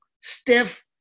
stiff